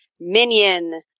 Minion